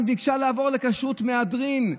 בירושלים, ביקשה לעבור לכשרות מהדרין,